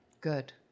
good